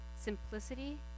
simplicity